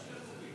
יש שני חוקים.